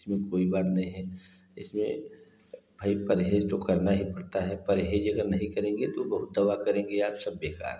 इसमें कोई बात नहीं है इसमें भाई परहेज़ तो करना ही पड़ता है परहेज़ अगर नहीं करेंगे तो बहुत दवा करेंगे आप सब बेकार है